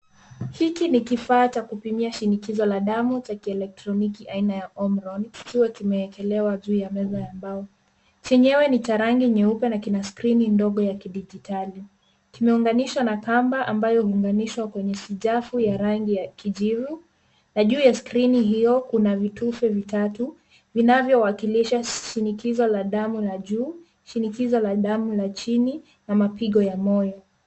Hiki ni kifaa cha kupimia shinikizo la damu cha kielektroniki aina ya Omron, kikiwa kimeekelewa juu ya meza ya mbao. Chenyewe ni cha rangi nyeupe na kina skrini ndogo ya kidigitali. Kimeunganishwa na kamba ambayo huunganishwa kwenye sijafu ya rangi ya kijivu na juu ya skrini hiyo kuna vitufe vitatu vinavyowakilisha, shinikizo la damu la juu, shinikizo la damu la chini na mapigo ya moyo.